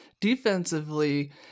Defensively